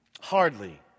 Hardly